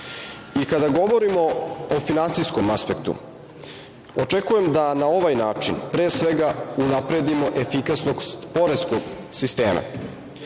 govorimo o finansijskom aspektu, očekujem da na ovaj način, pre svega, unapredimo efikasnost poreskog sistema.